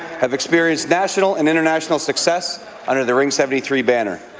have experienced national and international success under the ring seventy three banner.